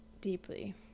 deeply